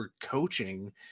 coaching